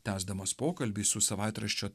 tęsdamas pokalbį su savaitraščio